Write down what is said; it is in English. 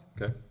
Okay